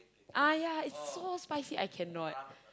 ah yeah it's so spicy I cannot